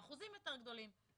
האחוזים יותר גדולים.